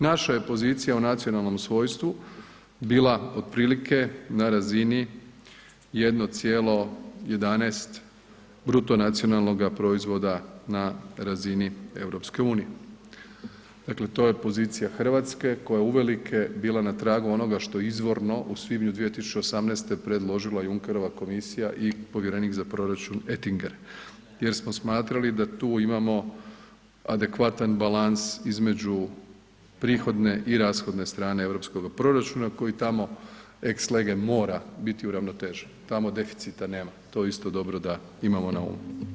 Naša je pozicija u nacionalnom svojstvu bila otprilike na razini 1,11 bruto nacionalnoga proizvoda na razini EU, dakle to je pozicija RH koja je uvelike bila na tragu onoga što je izvorno u svibnju 2018. predložila Junkerova komisija i Povjerenik za proračun Etinger jer smo smatrali da tu imamo adekvatan balans između prihodne i rashodne strane europskoga proračuna koji tamo ex lege mora biti uravnotežen, tamo deficita nema, to je isto dobro da imamo na umu.